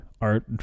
art